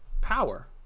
power